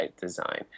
design